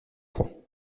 point